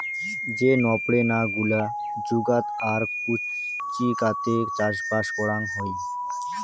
যে নপরে না গুলা জুদাগ আর জুচিকাতে চাষবাস করাং হই